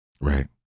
Right